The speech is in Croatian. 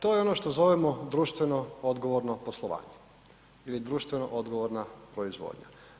To je ono što zovemo društveno odgovorno poslovanje ili društveno odgovorna proizvodnja.